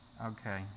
Okay